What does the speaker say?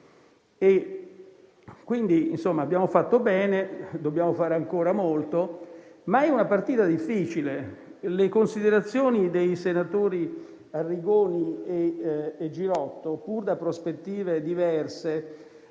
dieci anni fa. Abbiamo fatto bene, dobbiamo fare ancora molto, ma è una partita difficile. Le considerazioni dei senatori Arrigoni e Girotto, pur da prospettive diverse,